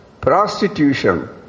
Prostitution